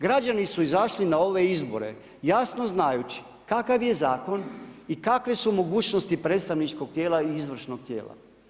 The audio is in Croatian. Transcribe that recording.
Građani su izašli na ove izbore jasno znajući kakav je zakon i kakve su mogućnosti predstavničkog tijela i izvršnog tijela.